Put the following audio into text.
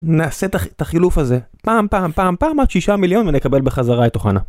נעשה את החילוף הזה פעם פעם פעם פעם עד שישה מיליון ונקבל בחזרה את אוחנה